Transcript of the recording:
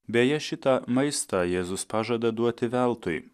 beje šitą maistą jėzus pažada duoti veltui